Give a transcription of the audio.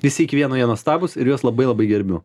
visi iki vieno jie nuostabūs ir juos labai labai gerbiu